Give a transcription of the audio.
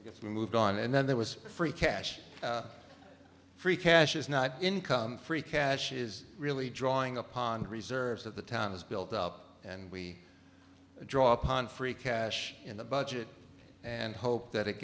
f we moved on and then there was free cash free cash is not income free cash is really drawing upon reserves of the town is built up and we draw upon free cash in the budget and hope that it